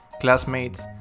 classmates